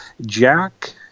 Jack